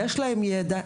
שיש להם ידע,